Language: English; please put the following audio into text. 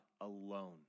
alone